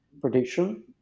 prediction